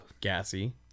gassy